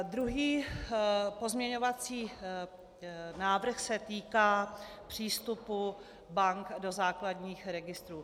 Druhý pozměňovací návrh se týká přístupu bank do základních registrů.